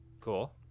Cool